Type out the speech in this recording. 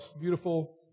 beautiful